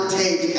take